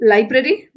Library